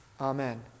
Amen